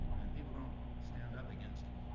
and people don't stand up against it.